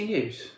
News